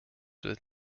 with